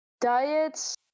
Diets